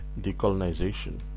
decolonization